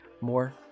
More